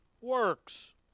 works